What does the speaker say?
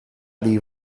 die